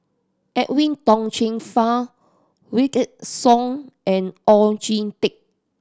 Edwin Tong Chun Fai Wykidd Song and Oon Jin Teik